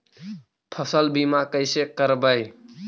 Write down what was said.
फसल बीमा कैसे करबइ?